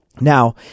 Now